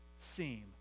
seem